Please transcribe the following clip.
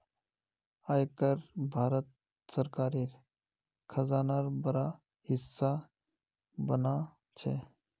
आय कर भारत सरकारेर खजानार बड़ा हिस्सा बना छे